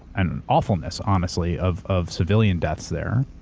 and awfulness, honestly, of of civilian deaths there.